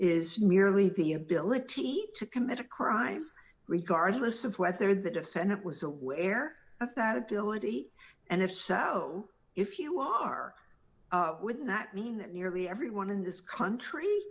is merely the ability to commit a crime regardless of whether the defendant was aware of that ability and if so if you are within that mean that nearly everyone in this country